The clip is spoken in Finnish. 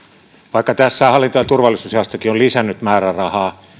vaikka tässä hallinto ja turvallisuusjaostokin on lisännyt määrärahaa